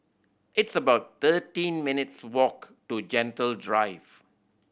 it's about thirteen minutes' walk to Gentle Drive